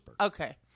Okay